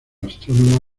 astrónomo